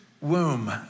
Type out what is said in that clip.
womb